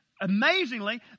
amazingly